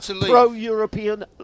pro-European